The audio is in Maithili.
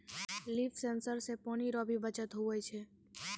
लिफ सेंसर से पानी रो भी बचत हुवै छै